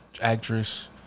actress